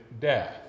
death